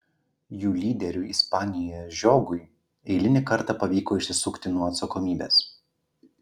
jų lyderiui ispanijoje žiogui eilinį kartą pavyko išsisukti nuo atsakomybės